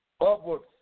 upwards